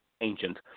ancient